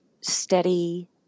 steady